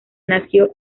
nació